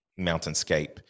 mountainscape